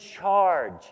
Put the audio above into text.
charge